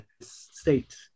state